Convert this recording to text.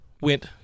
went